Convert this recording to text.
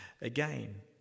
again